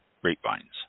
grapevines